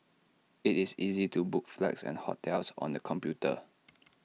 IT is easy to book flights and hotels on the computer